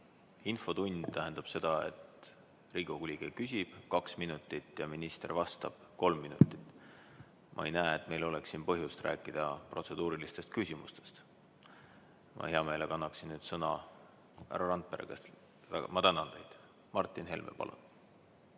Infotund tähendab seda, et Riigikogu liige küsib kaks minutit ja minister vastab kolm minutit. Ma ei näe, et meil oleks siin põhjust rääkida protseduurilistest küsimustest. Ma hea meelega annaksin nüüd sõna ... Härra Randpere, kas te ... Tänan! Martin Helme, palun!